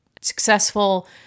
successful